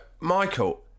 Michael